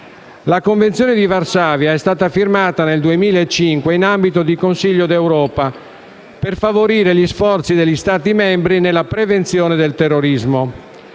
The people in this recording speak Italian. La Convenzione di Varsavia è stata firmata nel 2005 in ambito di Consiglio d'Europa, per favorire gli sforzi degli Stati membri nella prevenzione del terrorismo.